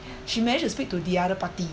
she managed to speak to the other party